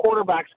quarterbacks